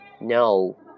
No